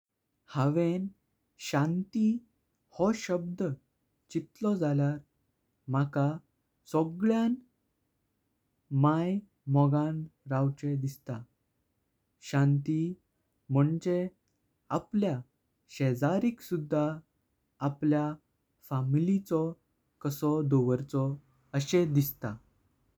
हांव शांती हां शब्द चितलो जल्यार माका सगळ्यांनी मायी मोगान रावचे दिसता। शांती मोंचें आपल्या शेजारीक सुधां आपल्या फॅमिलीचो कशो दोंवरचो आशें दिसता।